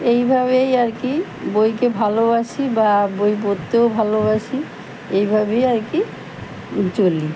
এইভাবেই আর কি বইকে ভালোবাসি বা বই পড়তেও ভালোবাসি এইভাবেই আর কি চলি